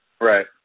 right